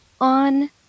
on